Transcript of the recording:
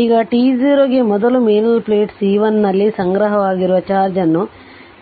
ಈಗ t0 ಗೆ ಮೊದಲು ಮೇಲಿನ ಪ್ಲೇಟ್ C1 ನಲ್ಲಿ ಸಂಗ್ರಹವಾಗಿರುವ ಚಾರ್ಜ್ ಅನ್ನು